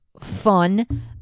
fun